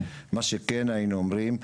מה שכן היינו אומרים,